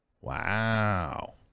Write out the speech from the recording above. Wow